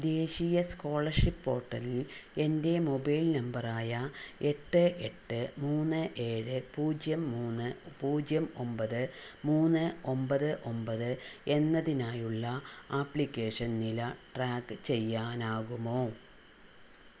ദേശീയ സ്കോളർഷിപ്പ് പോർട്ടലിൽ എൻ്റെ മൊബൈൽ നമ്പറായ എട്ട് എട്ട് മൂന്ന് ഏഴ് പൂജ്യം മൂന്ന് പൂജ്യം ഒൻപത് മൂന്ന് ഒൻപത് ഒൻപത് എന്നതിനായുള്ള ആപ്ലിക്കേഷൻ നില ട്രാക്ക് ചെയ്യാനാകുമോ